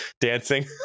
dancing